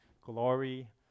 glory